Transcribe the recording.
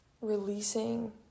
releasing